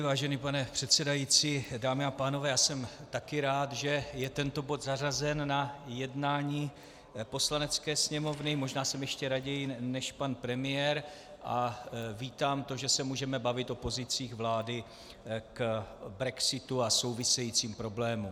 Vážený pane předsedající, dámy a pánové, já jsem taky rád, že je tento bod zařazen na jednání Poslanecké sněmovny, možná jsem ještě raději než pan premiér, a vítám to, že se můžeme bavit o pozicích vlády k brexitu a souvisejícím problémům.